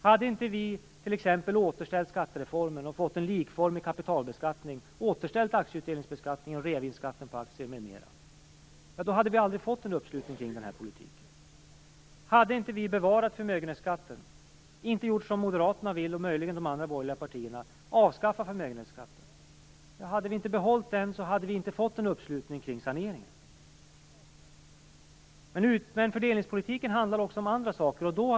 Hade inte vi t.ex. återställt skattereformen och fått en likformig kapitalbeskattning, återställt aktieutdelningsbeskattningen och reavinstskatten på aktier m.m. hade vi aldrig fått en uppslutning kring den här politiken. Hade inte vi bevarat förmögenhetsskatten i stället för att avskaffa den, som Moderaterna och möjligen även de andra borgerliga partierna vill, hade vi inte fått en uppslutning kring saneringen. Men fördelningspolitiken handlar också om andra saker.